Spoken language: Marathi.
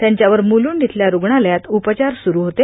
त्यांच्यावर मुलुंड इथल्या रूग्णालयात उपचार सुरू होते